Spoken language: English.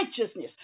righteousness